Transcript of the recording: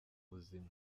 buzima